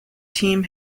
team